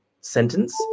sentence